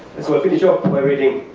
and so i'll finish up by reading,